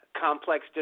Complex